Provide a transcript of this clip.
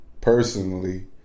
personally